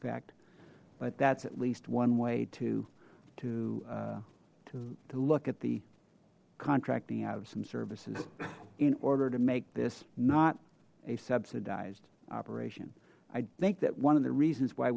ect but that's at least one way to to to look at the contracting out of some services in order to make this not a subsidized operation i think that one of the reasons why